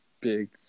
Big